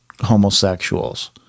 Homosexuals